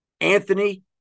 Anthony